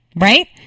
right